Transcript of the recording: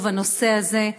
חשוב, הנושא הזה.